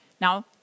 Now